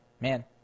Man